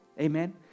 Amen